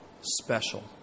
special